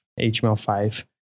HTML5